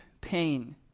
pain